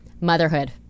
motherhood